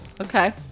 Okay